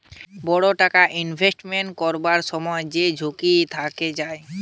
বড় রকম টাকা ইনভেস্টমেন্ট করবার সময় যেই ঝুঁকি থেকে যায়